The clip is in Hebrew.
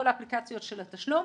כל האפליקציות של התשלום,